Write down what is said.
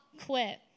quit